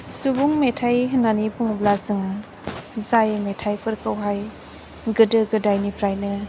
सुबुं मेथाइ होननानै बुङोब्ला जोङो जाय मेथाइफोरखौहाय गोदो गोदायनिफ्रायनो